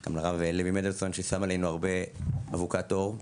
וגם לרב לוי מנדלזון ששם עלינו הרבה אבוקת אור.